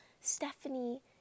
Stephanie